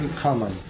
common